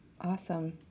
Awesome